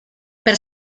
per